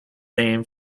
name